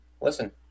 Listen